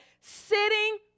sitting